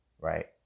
Right